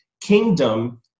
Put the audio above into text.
kingdom